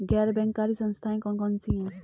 गैर बैंककारी संस्थाएँ कौन कौन सी हैं?